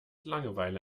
langeweile